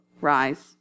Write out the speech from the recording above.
rise